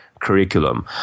curriculum